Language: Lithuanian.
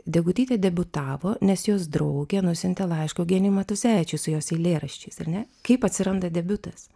degutytė debiutavo nes jos draugė nusiuntė laišką eugenijui matuzevičiui su jos eilėraščiais ar ne kaip atsiranda debiutas